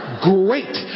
great